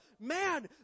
man